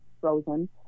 frozen